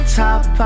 top